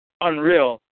unreal